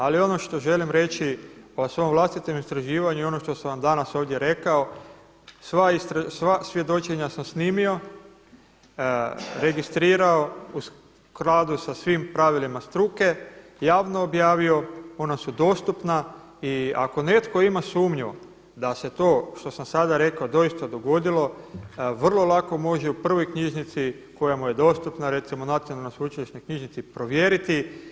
Ali ono što želim reći o svom vlastitom istraživanju i ono što sam vam danas ovdje rekao, sva svjedočenja sam snimio, registrirao u skladu sa svim pravilima struke, javno objavio, ona su dostupna i ako netko ima sumnju da se to što sam sada rekao doista dogodilo, vrlo lako može u prvoj knjižnici koja mu je dostupna recimo Nacionalnoj sveučilišnoj knjižnici provjeriti.